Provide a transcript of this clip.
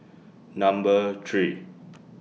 Number three